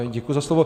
Děkuji za slovo.